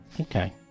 okay